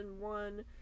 one